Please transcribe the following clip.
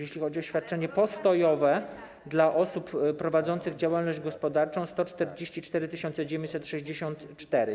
Jeżeli chodzi o świadczenie postojowe dla osób prowadzących działalność gospodarczą - 144 964.